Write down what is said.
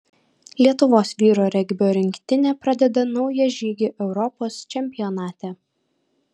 lietuvos vyrų regbio rinktinė pradeda naują žygį europos čempionate